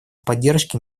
поддержке